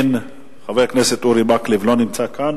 חבר הכנסת אורי מקלב, לא נמצא כאן.